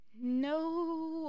No